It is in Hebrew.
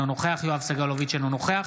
אינו נוכח יואב סגלוביץ' אינו נוכח